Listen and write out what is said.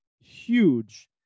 huge